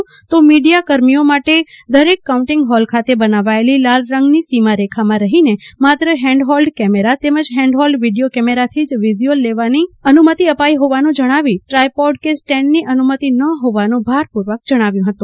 તેમણે તો મીડિયાકર્મીઓ માટે દરેક કાઉન્ટીંગ ફોલ ખાતે બનાવાયેલી લાલરંગની સીમારેખામાં રફીને માત્ર ફેન્ડફોલ્ડ કેમેરા તેમજ ફેન્ડ ફોલ્ડ વિડીયો કેમેરાથી જ વીઝયુઅલ લેવાની અનુમતિ અપાઇ ફોવાનું જણાવી ટ્રાયફોડ કે સ્ટેન્ડની અનુમતિ ન ફોવાનું ભારપૂર્વક જણાવ્યું હતું